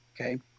okay